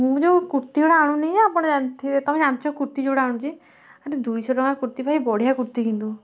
ମୁଁ ଯେଉଁ କୁର୍ତ୍ତୀଗୁଡ଼ା ଆଣୁନି ଯେ ଆପଣ ଜାଣିଥିବେ ତୁମେ ଜାଣିଛ କୁର୍ତ୍ତୀ ଯେଉଁଗୁଡ଼ା ଆଣୁଛି ଏଇଟା ଦୁଇଶହ ଟଙ୍କା କୁର୍ତ୍ତୀ ଭାଇ ବଢ଼ିଆ କୁର୍ତ୍ତୀ କିନ୍ତୁ